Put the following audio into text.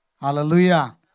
Hallelujah